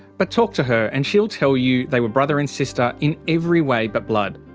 but talk to her and she'll tell you they were brother and sister in every way but blood.